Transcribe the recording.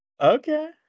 Okay